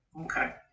okay